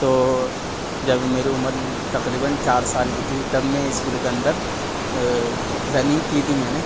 تو جب میری عمر تقریباً چار سال كی تھی تب میں اسکول کے اندر رننگ کی تھی میں نے